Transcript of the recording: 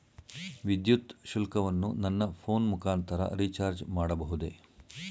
ವಿದ್ಯುತ್ ಶುಲ್ಕವನ್ನು ನನ್ನ ಫೋನ್ ಮುಖಾಂತರ ರಿಚಾರ್ಜ್ ಮಾಡಬಹುದೇ?